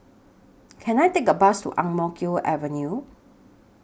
Can I Take A Bus to Ang Mo Kio Avenue